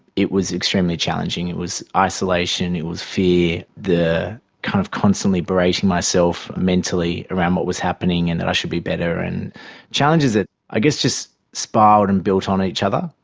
it was extremely challenging, it was isolation, it was fear, kind of constantly berating myself mentally around what was happening and that i should be better, and challenges that i guess just spiralled and built on each other,